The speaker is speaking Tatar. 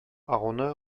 агуны